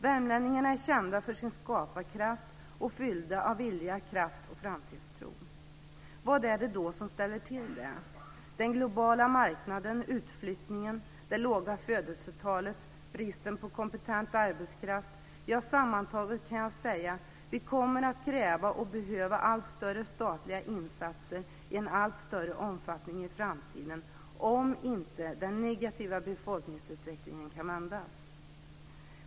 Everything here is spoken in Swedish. Värmlänningarna är kända för sin skaparkraft och fyllda av vilja, kraft och framtidstro. Vad är det då som ställer till det? Den globala marknaden, utflyttningen, det låga födelsetalet, bristen på kompetent arbetskraft, ja, sammantaget kan jag säga att vi kommer att kräva och behöva allt större statliga insatser i en allt större omfattning i framtiden, om inte den negativa befolkningsutvecklingen kan vändas.